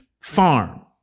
farm